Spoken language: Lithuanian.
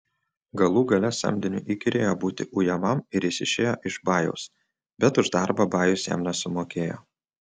galų gale samdiniui įkyrėjo būti ujamam ir jis išėjo iš bajaus bet už darbą bajus jam nesumokėjo